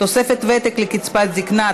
תוספת ותק לקצבת זקנה),